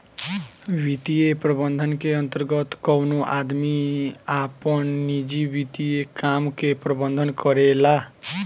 वित्तीय प्रबंधन के अंतर्गत कवनो आदमी आपन निजी वित्तीय काम के प्रबंधन करेला